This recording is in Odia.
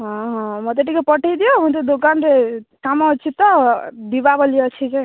ହଁ ହଁ ମୋତେ ଟିକେ ପଠେଇ ଦିଅ ଦୋକାନରେ କାମ ଅଛି ତ ଦିପାବଳୀ ଅଛି ଯେ